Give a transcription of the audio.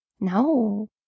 No